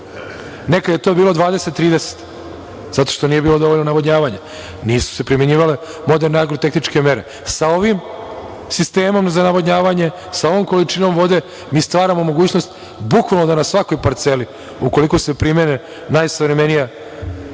Nekad je to bilo 20-30 zato što nije bilo dovoljno navodnjavanja, nisu se primenjivale moderne agro tehničke mere. Sa ovim sistemom za navodnjavanje, sa ovom količinom vode mi stvaramo mogućnost bukvalno da na svakoj parceli, ukoliko se primene najsavremeniji